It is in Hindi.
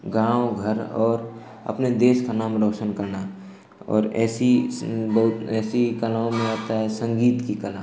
गाँव घर और अपने देश का नाम रोशन करना और ऐसी बहुत ऐसी कलाओं में आती है संगीत की कला